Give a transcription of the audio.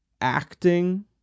acting